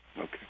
Okay